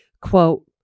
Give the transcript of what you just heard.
quote